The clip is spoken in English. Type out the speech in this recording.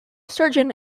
surgeon